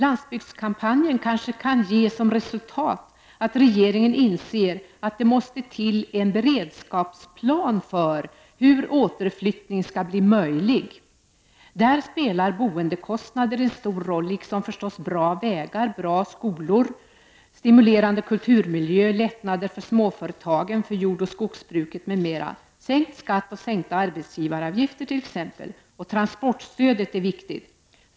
Landsbygdskampanjen kan kanske ge som resultat att regeringen inser att det måste till en beredskapsplan för hur återflyttning skall bli möjlig. I det sammanhanget spelar boendekostnaderna en stor roll, liksom förstås bra vägar, bra skolor, stimulerande kulturmiljö, lättnader för småföretagen, för jordoch skogsbruket m.m., t.ex. i form av sänkt skatt och sänkta arbetsgivaravgifter. Transportstödet är viktigt.